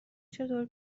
چطور